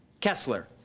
Kessler